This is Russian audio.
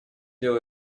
дел